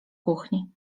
kuchni